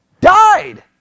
died